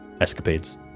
escapades